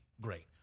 great